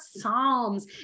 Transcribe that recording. Psalms